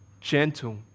gentle